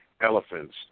elephants